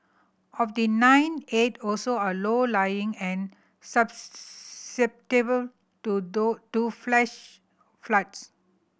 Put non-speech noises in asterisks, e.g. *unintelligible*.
of the nine eight also are low lying and *unintelligible* to do do flash floods